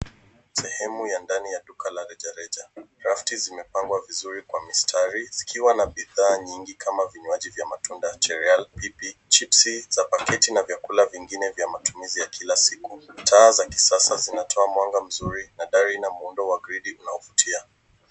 Sehemu ya ndani ya duka la rejareja. Rafti zimepangwa vizuri kwa mistari zikiwa na bidhaa nyingi kama vinywaji vya matunda cherel, pipi, chipsi za paketi na vyakula vingine vya matumizi ya kila siku. Taa za kisasa zinatoa mwanga mzuri na ndari na muundo wa gridi unaovutia.